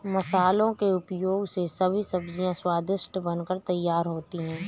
मसालों के उपयोग से सभी सब्जियां स्वादिष्ट बनकर तैयार होती हैं